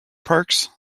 parks